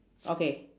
okay